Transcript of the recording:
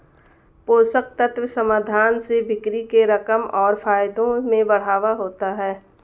पोषक तत्व समाधान से बिक्री के रकम और फायदों में बढ़ावा होता है